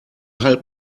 halt